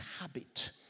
habit